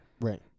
right